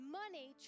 money